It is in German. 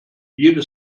jede